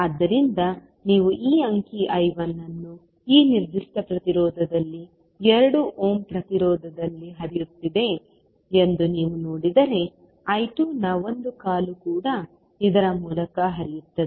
ಆದ್ದರಿಂದ ನೀವು ಈ ಅಂಕಿ I1 ಅನ್ನು ಈ ನಿರ್ದಿಷ್ಟ ಪ್ರತಿರೋಧದಲ್ಲಿ 2 ಓಮ್ ಪ್ರತಿರೋಧದಲ್ಲಿ ಹರಿಯುತ್ತದೆ ಎಂದು ನೀವು ನೋಡಿದರೆ I2 ನ ಒಂದು ಕಾಲು ಕೂಡ ಇದರ ಮೂಲಕ ಹರಿಯುತ್ತದೆ